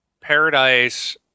Paradise